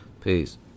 peace